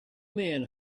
men